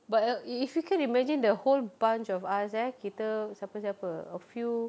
but err if if you can imagine the whole bunch of us eh kita siapa siapa a few